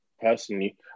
personally